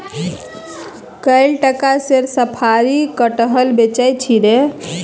कए टका सेर साफरी कटहर बेचय छी रे